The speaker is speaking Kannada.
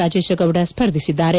ರಾಜೇಶಗೌಡ ಸ್ಪರ್ಧಿಸಿದ್ದಾರೆ